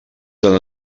tant